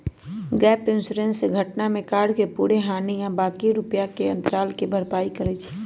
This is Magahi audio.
गैप इंश्योरेंस से घटना में कार के पूरे हानि आ बाँकी रुपैया के अंतराल के भरपाई करइ छै